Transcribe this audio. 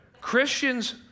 Christians